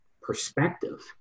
perspective